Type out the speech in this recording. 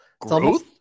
growth